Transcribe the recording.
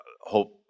hope